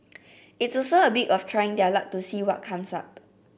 it's also a bit of trying their luck to see what comes up